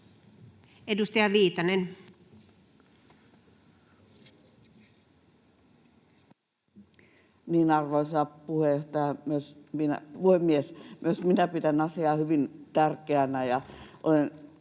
Edustaja Viitanen. Arvoisa puhemies! Myös minä pidän asiaa hyvin tärkeänä,